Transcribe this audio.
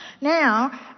Now